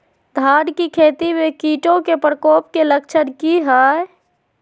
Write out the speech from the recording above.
धान की खेती में कीटों के प्रकोप के लक्षण कि हैय?